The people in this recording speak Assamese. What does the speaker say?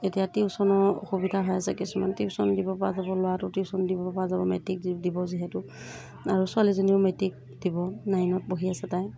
এতিয়া টিউশ্যনৰ অসুবিধা হৈ আছে কিছুমান টিউশ্যন দিব পৰা যাব ল'ৰাটোক টিউশ্যন দিব পৰা যাব মেট্ৰিক দিব যিহেতু আৰু ছোৱালীজনীও মেট্ৰিক দিব নাইনত পঢ়ি আছে তাই